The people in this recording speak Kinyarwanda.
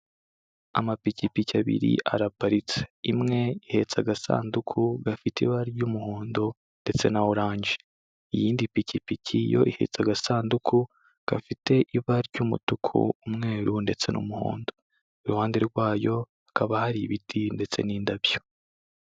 Amapikipiki abiri araparitse, imwe ihetse agasanduku gafite ibara ry'umuhondo ndetse na oranje, iyindi pikipiki yo ihetse agasanduku gafite ibara ry'umutuku, umweru ndetse n'umuhondo, iruhande rwayo hakaba hari ibiti ndetse n'indabyo.